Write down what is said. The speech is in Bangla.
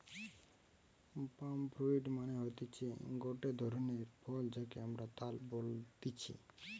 পাম ফ্রুইট মানে হতিছে গটে ধরণের ফল যাকে আমরা তাল বলতেছি